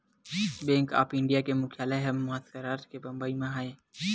bank of India के मुख्यालय ह महारास्ट के बंबई म हे